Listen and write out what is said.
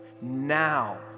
now